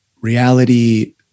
reality